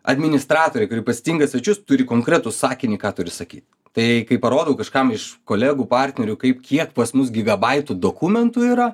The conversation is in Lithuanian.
administratorė kuri pasitinka svečius turi konkretų sakinį ką turi sakyt tai kai parodau kažkam iš kolegų partnerių kaip kiek pas mus gigabaitų dokumentų yra